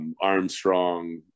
Armstrong